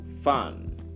fun